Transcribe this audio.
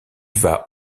vas